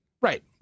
Right